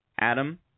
Adam